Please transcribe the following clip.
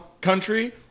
country